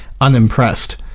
unimpressed